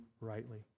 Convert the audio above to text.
rightly